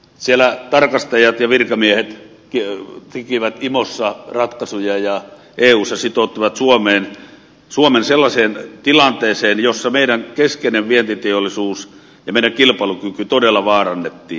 siellä tarkastajat ja virkamiehet tekivät imossa ratkaisuja ja eussa sitouttivat suomen sellaiseen tilanteeseen jossa meidän keskeinen vientiteollisuus ja meidän kilpailukyky todella vaarannettiin